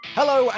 hello